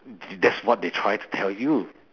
that's what they try to tell you